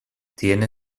tiene